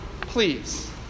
please